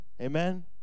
Amen